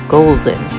Golden